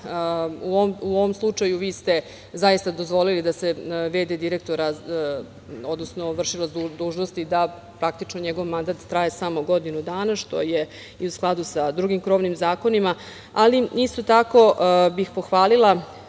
ovom slučaju, vi ste dozvolili da se v.d. direktora, odnosno vršilac dužnosti, da njegov mandat traje samo godinu dana što je i u skladu sa drugim krovnim zakonima. Isto tako bih pohvalila